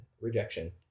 rejection